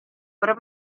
per